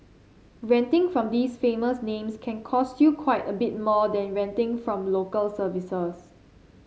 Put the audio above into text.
renting from these famous names can cost you quite a bit more than renting from Local Services